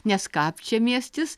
nes kapčiamiestis